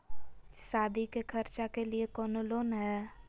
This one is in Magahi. सादी के खर्चा के लिए कौनो लोन है?